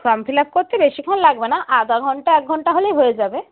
form fill up করতে বেশিক্ষণ লাগবে না আধ ঘণ্টা এক ঘণ্টা হলেই হয়ে যাবে